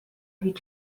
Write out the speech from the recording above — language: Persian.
هیچ